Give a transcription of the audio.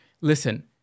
Listen